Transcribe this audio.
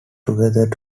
together